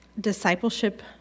Discipleship